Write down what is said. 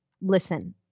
listen